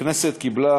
הכנסת קיבלה